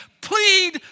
Plead